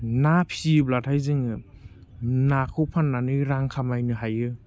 ना फिसियोब्लाथाय जोङो नाखौ फान्नानै रां खामायनो हायो